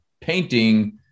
painting